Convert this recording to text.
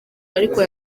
ariko